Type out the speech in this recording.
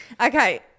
okay